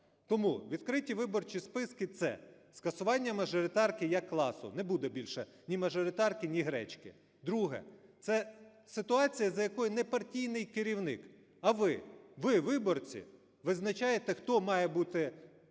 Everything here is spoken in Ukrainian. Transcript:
Тому відкриті виборчі списки – це скасування мажоритарки як класу. Не буде більше ні мажоритарки, ні гречки. Друге. Це ситуація, за якої не партійний керівник, а ви, ви – виборці, визначаєте, хто має бути лідером